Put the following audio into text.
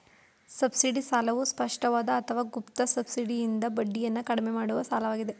subsidy ಸಾಲವು ಸ್ಪಷ್ಟವಾದ ಅಥವಾ ಗುಪ್ತ ಸಬ್ಸಿಡಿಯಿಂದ ಬಡ್ಡಿಯನ್ನ ಕಡಿಮೆ ಮಾಡುವ ಸಾಲವಾಗಿದೆ